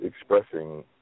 expressing